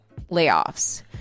layoffs